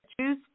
choose